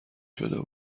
شده